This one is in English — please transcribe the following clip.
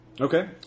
Okay